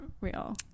real